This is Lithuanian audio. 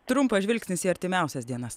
trumpas žvilgsnis į artimiausias dienas